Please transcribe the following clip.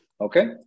Okay